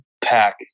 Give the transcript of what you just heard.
pack